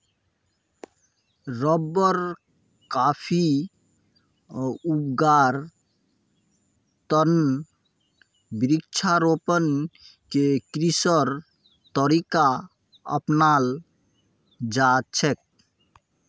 rubber, coffee उगव्वार त न वृक्षारोपण कृषिर तरीका अपनाल जा छेक